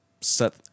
set